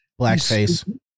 Blackface